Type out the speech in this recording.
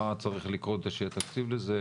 מה צריך לקרות כדי שיהיה תקציב לזה?